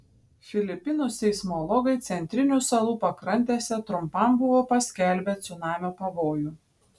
filipinų seismologai centrinių salų pakrantėse trumpam buvo paskelbę cunamio pavojų